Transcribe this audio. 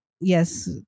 yes